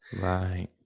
right